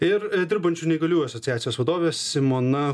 ir dirbančių neįgaliųjų asociacijos vadovė simona